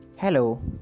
Hello